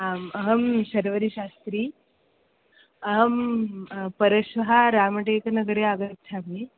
आम् अहं शर्वरि शास्त्रि अहं परश्वः रामटेक् नगरे आगच्छामि